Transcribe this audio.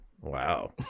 wow